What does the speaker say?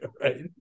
right